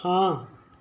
ਹਾਂ